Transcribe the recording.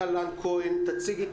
כהן.